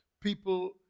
people